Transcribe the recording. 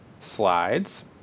slides